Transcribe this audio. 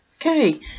Okay